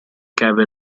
cave